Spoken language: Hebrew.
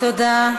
תודה.